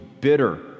bitter